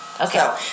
Okay